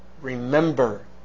remember